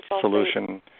solution